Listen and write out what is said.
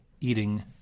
eating